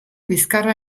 bizkarra